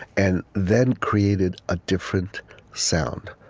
and then created a different sound,